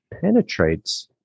penetrates